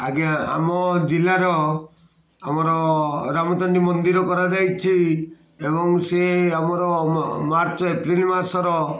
ଆଜ୍ଞା ଆମ ଜିଲ୍ଲାର ଆମର ରାମଚଣ୍ଡୀ ମନ୍ଦିର କରାଯାଇଛି ଏବଂ ସେ ଆମର ମାର୍ଚ୍ଚ ଏପ୍ରିଲ ମାସର